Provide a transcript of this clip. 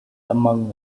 among